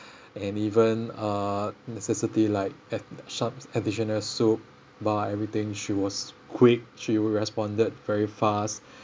and even uh necessity like add~ additional soap bar everything she was quick she responded very fast